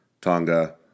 tonga